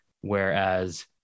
Whereas